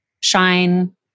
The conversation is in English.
shine